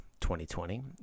2020